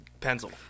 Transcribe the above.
pencil